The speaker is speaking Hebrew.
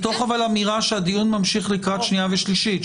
מתוך אמירה שהדיון ממשיך לקראת הקריאה השנייה והקריאה השלישית.